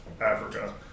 Africa